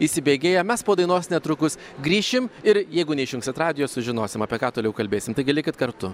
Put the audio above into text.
įsibėgėja mes po dainos netrukus grįšim ir jeigu neišjungsit radijo sužinosim apie ką toliau kalbėsim taigi likit kartu